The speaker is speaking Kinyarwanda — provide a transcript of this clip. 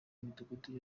imidugudu